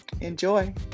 Enjoy